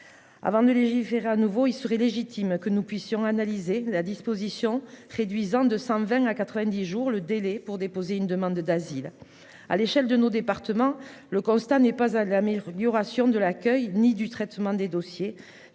Avant de légiférer à nouveau il serait légitime que nous puissions analyser la disposition réduisant de 120 à 90 jours le délai pour déposer une demande d'asile à l'échelle de nos départements. Le constat n'est pas ah d'amélioration de l'accueil, ni du traitement des dossiers.